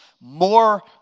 more